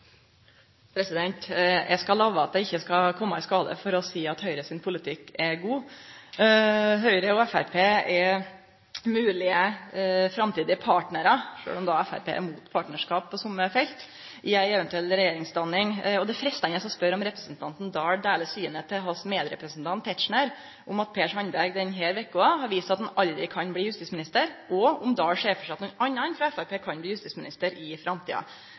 og Framstegspartiet er moglege framtidige partnarar – sjølv om Framstegspartiet er mot partnarskap på somme felt – i ei eventuell regjeringsdanning. Det er freistande å spørje om representanten Oktay Dahl deler synet til sin medrepresentant Tetzschner, om at Per Sandberg denne veka har vist at han aldri kan bli justisminister. Ser Oktay Dahl for seg at nokon annan frå Framstegspartiet kan bli justisminister i framtida?